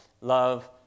Love